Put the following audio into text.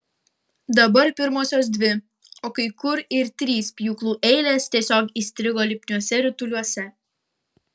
dabar pirmosios dvi o kai kur ir trys pjūklų eilės tiesiog įstrigo lipniuose rituliuose